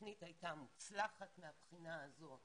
התוכנית הייתה מוצלחת מהבחינה הזאת